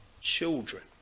children